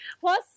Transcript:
Plus